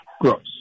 gross